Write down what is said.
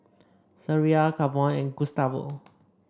Sariah Kavon and Gustavo